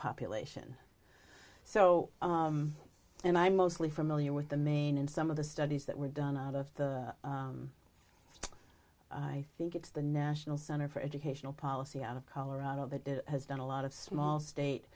population so and i'm mostly familiar with the maine in some of the studies that were done out of the i think it's the national center for educational policy out of colorado that has done a lot of small state